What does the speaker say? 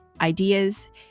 ideas